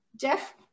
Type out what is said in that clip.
Jeff